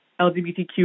LGBTQ